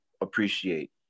appreciate